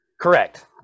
Correct